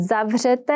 zavřete